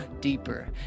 deeper